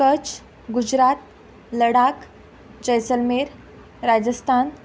Kutch Gujarat Ladakh Jaisalmer Rajasthan